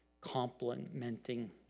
complementing